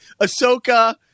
Ahsoka